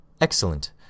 Excellent